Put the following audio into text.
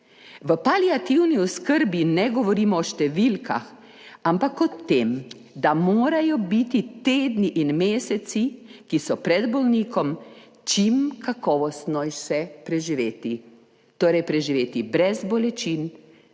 V paliativni oskrbi ne govorimo o številkah, ampak o tem, da morajo biti tedni in meseci, ki so pred bolnikom, čim kakovostnejše preživeti, torej preživeti brez bolečin,